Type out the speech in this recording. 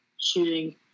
shooting